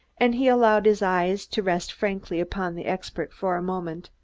and he allowed his eyes to rest frankly upon the expert for a moment.